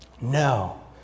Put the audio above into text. No